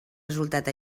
resultat